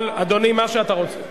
אדוני השר, מה אתה מציע?